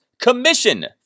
commission